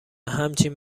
همچین